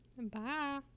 Bye